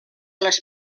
les